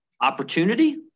opportunity